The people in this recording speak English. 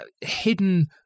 hidden